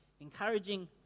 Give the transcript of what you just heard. Encouraging